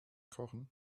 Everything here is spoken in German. kochen